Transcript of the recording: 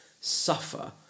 suffer